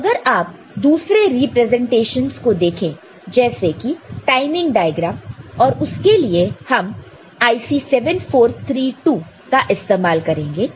अगर आप दूसरे रिप्रेजेंटेशंस को देखें जैसे की टाइमिंग डायग्राम और उसके लिए हम IC 7432 का इस्तेमाल करेंगे